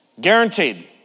Guaranteed